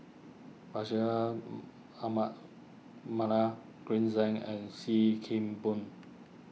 Bashir Ahmad Mallal Green Zeng and Sim Kee Boon